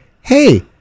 hey